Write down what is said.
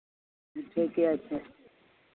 ठीके छै